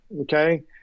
okay